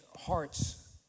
hearts